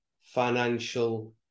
financial